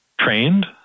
Trained